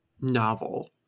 novel